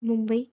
Mumbai